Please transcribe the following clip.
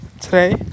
today